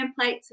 templates